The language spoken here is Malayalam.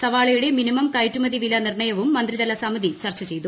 സവാളയുടെ മിനിമം കയറ്റുമതി വില നിർണയവും മന്ത്രിതല സമിതി ചർച്ച ചെയ്തു